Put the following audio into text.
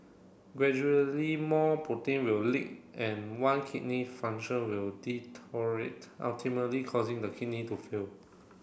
gradually more protein will leak and one kidney function will deteriorate ultimately causing the kidney to fail